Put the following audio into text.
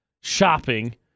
shopping